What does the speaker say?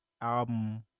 album